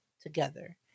together